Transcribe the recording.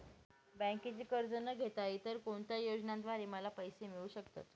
बँकेचे कर्ज न घेता इतर कोणत्या योजनांद्वारे मला पैसे मिळू शकतात?